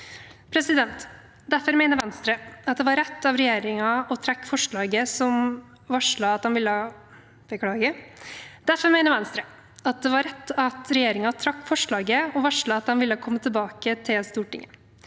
Venstre mener derfor det var rett at regjeringen trakk forslaget og varslet at de ville komme tilbake til Stortinget.